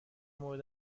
مورد